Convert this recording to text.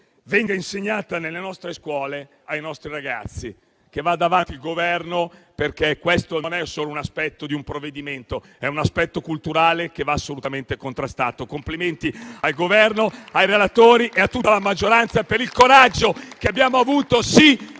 venga insegnata nelle nostre scuole ai nostri ragazzi. Che vada avanti il Governo, perché questo non è solo un aspetto di un provvedimento, ma un aspetto culturale che va assolutamente contrastato. Complimenti al Governo, ai relatori e a tutta la maggioranza per il coraggio che abbiamo avuto di